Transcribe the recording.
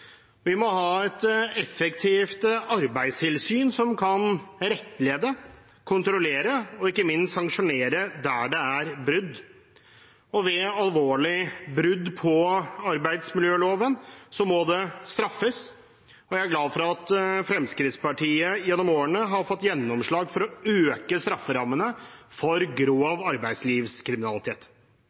Vi må ha et effektivt arbeidstilsyn som kan rettlede, kontrollere og ikke minst sanksjonere brudd. Alvorlige brudd på arbeidsmiljøloven må straffes, og jeg er glad for at Fremskrittspartiet gjennom årene har fått gjennomslag for å øke strafferammene for grov arbeidslivskriminalitet. Samtidig må vi sørge for at aktører som gjentatte ganger blir tatt for grov arbeidslivskriminalitet,